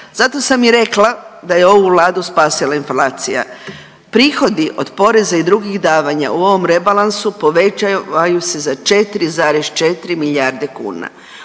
zato sam i rekla da je ovu Vladu spasila inflacija. Prihodi od poreza i drugih davanja u ovom rebalansu povećavaju se za 4,4 milijarde kuna.